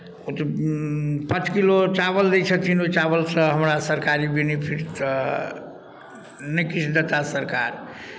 पाँच किलो चावल दै छथिन ओहि चावलसँ हमरा सरकारी बेनिफिट तऽ नहि किछु देताह सरकार